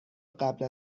قبل